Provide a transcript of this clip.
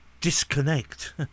Disconnect